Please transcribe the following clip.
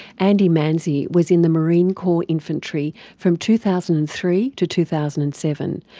andy manzi was in the marine corps infantry from two thousand and three to two thousand and seven,